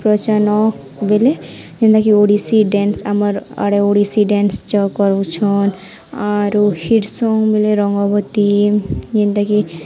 ପ୍ରଚନ ବଲେ ଯେନ୍ତାକି ଓଡ଼ିଶୀ ଡ୍ୟାନ୍ସ ଆମର୍ ଆଡ଼େ ଓଡ଼ିଶୀ ଡ୍ୟାନ୍ସ ଜ କରୁଛନ୍ ଆରୁ ହିଟ୍ ସଙ୍ଗ ବେଲେ ରଙ୍ଗବତୀ ଯେନ୍ତାକି